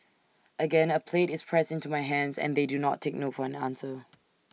again A plate is pressed into my hands and they do not take no for an answer